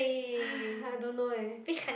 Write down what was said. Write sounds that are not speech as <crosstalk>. <breath> I don't know eh